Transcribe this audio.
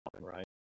right